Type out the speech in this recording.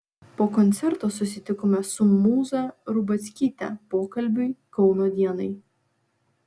po koncerto susitikome su mūza rubackyte pokalbiui kauno dienai